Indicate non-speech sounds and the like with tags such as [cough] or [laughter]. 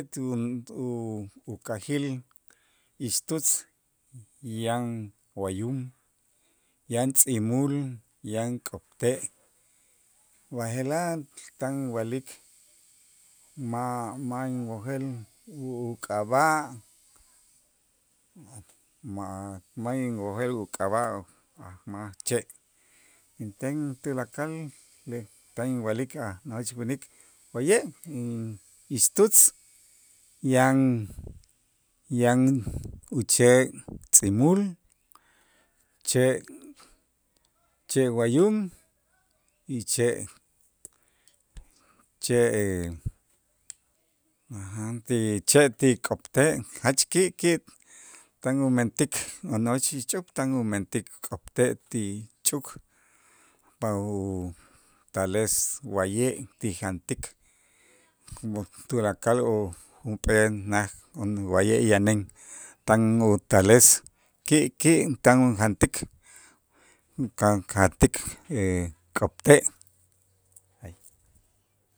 [unintelligible] Ukajil Ix Tutz yan wayum, yan tz'imul, yan k'opte', b'aje'laj tan inwa'lik ma' inwojel u- uk'ab'a', ma ma' inwojel uk'ab'a' aj maj che' inten tulakal [noise] tan inwa'lik a' nojoch winik wa'ye' in ix tutz yan yan uche' tz'imul, che' wayum y che' che' [hesitation] ti che' ti k'opte' jach ki' ki' tan umentik a' nojoch ixch'up tan umentik k'opte' ti ch'uuk pau tales wa'ye' ti jantik [noise] tulakal o junp'ee naj [unintelligible] wa'ye' yanen, tan utales ki'ki' tan ujantik [unintelligible] [hesitation] k'opte'.